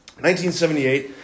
1978